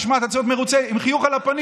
תשמע, אתה צריך להיות מרוצה, עם חיוך על הפנים.